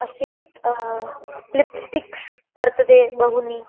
अस्ति तत् लिप्स्टिक्स् वर्तन्ते बहूनि